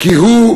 כי הוא,